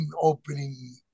opening